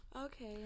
okay